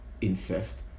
incest